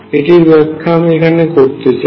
এটির ব্যাখ্যা আমি এখানে করতে চাই